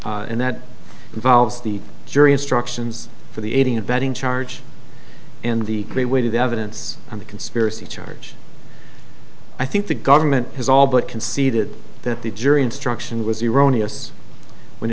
and that involves the jury instructions for the aiding abetting charge and the great way to the evidence on the conspiracy charge i think the government has all but conceded that the jury instruction was